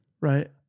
right